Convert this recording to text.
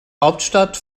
hauptstadt